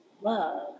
love